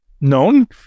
known